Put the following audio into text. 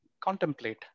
contemplate